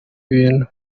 bintu